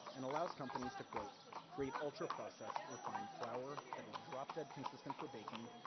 and allows companies to, create create ultra processed, refined flour that is drop-dead consistent for baking,